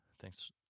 thanks